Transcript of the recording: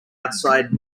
outside